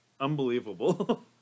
Unbelievable